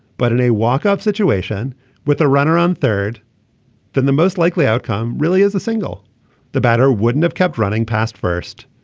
but in a walkup situation with a runner on third then the most likely outcome really is the single the batter wouldn't have kept running past first.